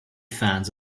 fans